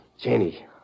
jenny